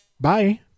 bye